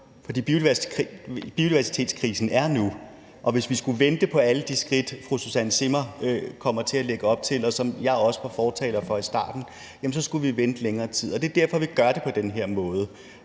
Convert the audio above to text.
fordi biodiversitetskrisen er nu. Og hvis vi skulle vente på alle de skridt, fru Susanne Zimmer lægger op til, og som jeg også var fortaler for i starten, så skulle vi vente længere tid. Og det er derfor, vi gør det på den her måde.